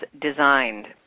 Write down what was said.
designed